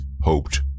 hoped